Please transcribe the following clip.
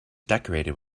decorated